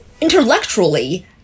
Intellectually